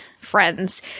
friends